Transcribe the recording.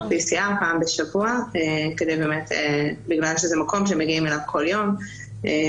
PCR פעם בשבוע בגלל שזה מקום שמגיעים אליו כל יום ולכן